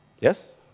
Yes